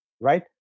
right